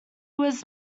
was